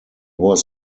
was